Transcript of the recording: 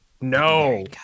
no